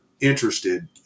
interested